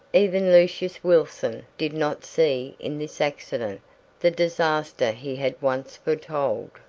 even lucius wilson did not see in this accident the disaster he had once foretold.